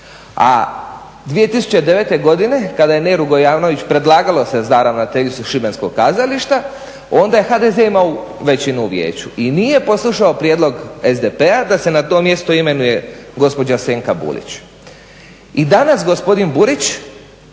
a 2009.godine kada je Neru Gojanović predlagalo se za ravnateljicu Šibenskog kazališta onda je HDZ imao većinu u vijeću i nije poslušao prijedlog SDP-a da se na to mjesto imenuje gospođa Senka Bulić i danas gospodin Burić